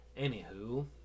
anywho